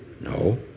No